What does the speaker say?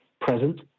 present